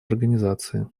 организации